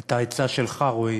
את העצה שלך, רועי,